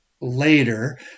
later